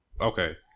okay